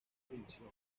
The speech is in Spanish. división